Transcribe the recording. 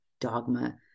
dogma